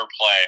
play